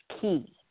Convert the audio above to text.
key